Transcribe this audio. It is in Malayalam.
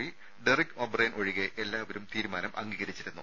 പി ഡെറിക് ഒബ്രെയ്ൻ ഒഴികെ എല്ലാവരും തീരുമാനം അംഗീകരിച്ചിരുന്നു